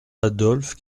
adolphe